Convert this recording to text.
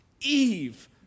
Eve